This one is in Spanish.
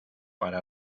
para